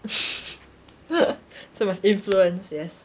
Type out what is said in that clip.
so must influence yes